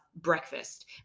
breakfast